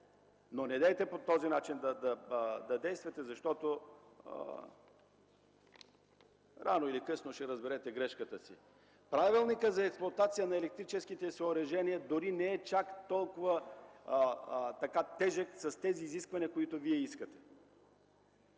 да действате по този начин, защото рано или късно ще разберете грешката си. Правилникът за експлоатация на електрическите съоръжения дори не е чак толкова тежък с изискванията, които искате.